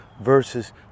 versus